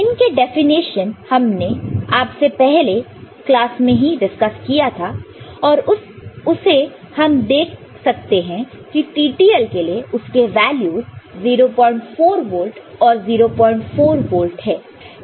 इनके डेफिनेशन हमने आपसे पहले क्लास में ही डिस्कस किया था और उससे हम देख सकते हैं की TTL के लिए उसके वैल्यूस 04 वोल्ट और 04 वोल्ट है